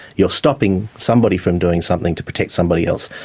you are stopping somebody from doing something to protect somebody else,